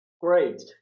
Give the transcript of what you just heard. Great